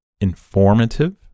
informative